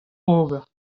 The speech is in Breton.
ober